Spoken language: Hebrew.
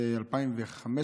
ב-2013,